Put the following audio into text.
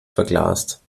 verglast